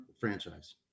franchise